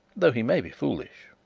though he may be foolish.